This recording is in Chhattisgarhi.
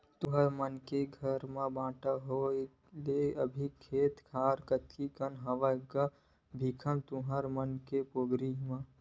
तुँहर मन के घर म बांटा के होय ले अभी खेत खार कतिक कन हवय गा भीखम तुँहर मन के पोगरी?